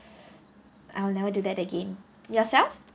I will never do that again yourself